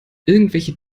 irgendwelche